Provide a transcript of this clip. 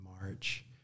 March